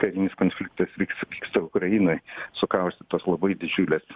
karinis konfliktas vyks vyksta ukrainoj sukaustytos labai didžiulės